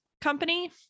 company